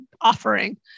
offering